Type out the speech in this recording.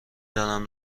دانم